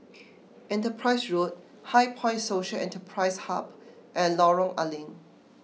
Enterprise Road HighPoint Social Enterprise Hub and Lorong A Leng